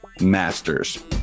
masters